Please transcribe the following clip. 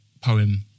poem